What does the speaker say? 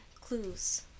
clues